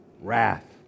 Wrath